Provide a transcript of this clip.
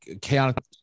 chaotic